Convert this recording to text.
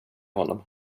honom